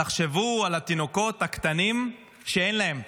תחשבו על התינוקות הקטנים שאין להם,